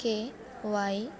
K Y